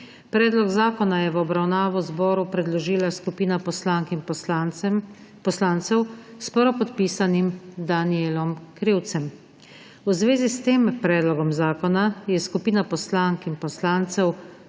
Predlog zakona je v obravnavo zboru predložila skupina poslank in poslancev s prvopodpisanim Danijelom Krivcem. V zvezi s tem predlogom zakona je skupina poslank in poslancev